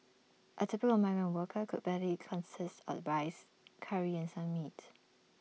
A typical migrant worker could barely consist of rice Curry and some meat